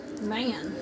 Man